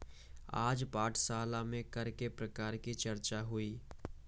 आज पाठशाला में कर के प्रकार की चर्चा हुई